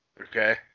Okay